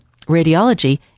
radiology